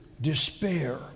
despair